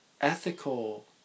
ethical